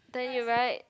then you write